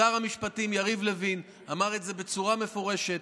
שר המשפטים יריב לוין אמר את זה בצורה מפורשת.